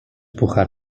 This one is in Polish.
puchar